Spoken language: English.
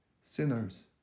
sinners